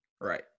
Right